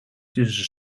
tussen